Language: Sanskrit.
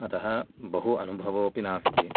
अतः बहु अनुभवोऽपि नास्ति